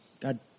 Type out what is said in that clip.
God